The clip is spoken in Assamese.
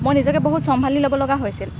মই নিজকে বহুত চম্ভালি ল'ব লগা হৈছিল